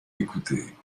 écouter